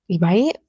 right